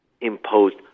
imposed